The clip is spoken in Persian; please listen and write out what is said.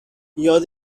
یاد